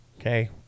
Okay